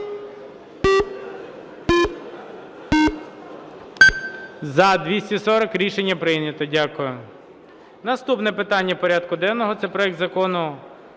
За-240 Рішення прийнято. Дякую. Наступне питання порядку денного – це проект Закону